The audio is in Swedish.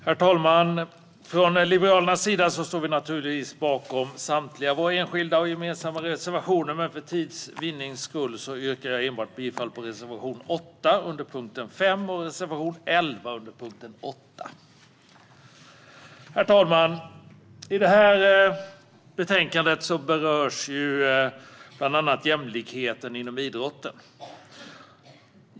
Herr talman! Liberalerna står naturligtvis bakom samtliga våra enskilda och gemensamma reservationer, men för tids vinnande yrkar jag bifall enbart till reservation 8 under punkt 5 och reservation 11 under punkt 8. Herr talman! I detta betänkande behandlas bland annat jämlikheten inom idrotten.